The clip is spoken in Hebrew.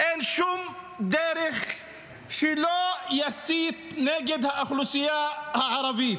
אין שום דרך שלא יסית נגד האוכלוסייה הערבית.